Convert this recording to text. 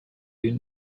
you